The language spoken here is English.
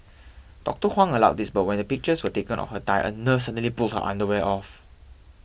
Doctor Huang allowed this but when pictures were taken of her thigh a nurse suddenly pulled her underwear off